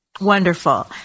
Wonderful